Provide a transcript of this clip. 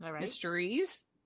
Mysteries